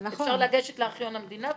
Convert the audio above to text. אפשר לגשת לארכיון המדינה ולבדוק.